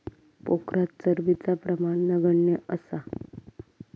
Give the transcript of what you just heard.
पोखरात चरबीचा प्रमाण नगण्य असा